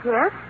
Yes